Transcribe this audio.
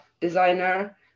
designer